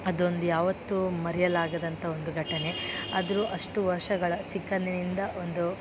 ಅದೊಂದು ಯಾವತ್ತು ಮರೆಯಲಾಗದಂಥ ಒಂದು ಘಟನೆ ಆದರೂ ಅಷ್ಟು ವರ್ಷಗಳ ಚಿಕ್ಕಂದಿನಿಂದ ಒಂದು